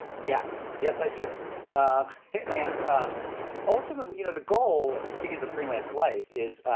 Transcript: yes. yes, i do um and um ultimately, you know, the goal i mean, speaking the freelance life is,